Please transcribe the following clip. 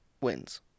wins